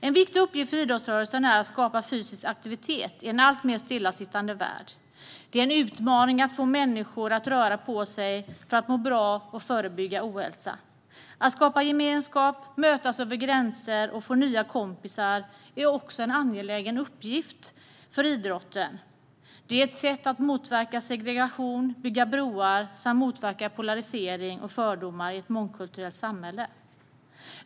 En viktig uppgift för idrottsrörelsen är att skapa fysisk aktivitet i en alltmer stillasittande värld. Det är en utmaning att få människor att röra på sig för att må bra och förebygga ohälsa. Att skapa gemenskap och göra det möjligt att mötas över gränser och få nya kompisar är också en angelägen uppgift för idrotten. Det är ett sätt att motverka segregation, bygga broar och motverka polarisering och fördomar i ett mångkulturellt samhälle.